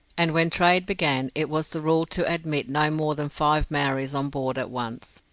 and when trade began it was the rule to admit no more than five maoris on board at once.